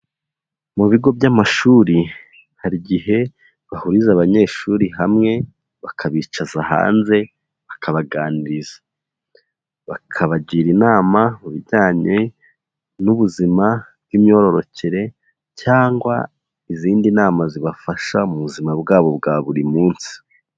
Mu bigo by'amashuri, hari igihe bahuriza abanyeshuri hamwe bakabicaza hanze, bakabaganiriza. Bakabagira inama mu bijyanye n'ubuzima bw'imyororokere, cyangwa izindi nama zibafasha mu buzima bwabo bwa buri munsi.